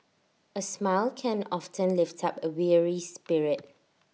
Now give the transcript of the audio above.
A smile can often lift up A weary spirit